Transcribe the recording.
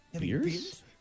Beers